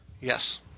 Yes